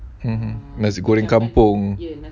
mmhmm nasi goreng kampung